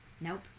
Nope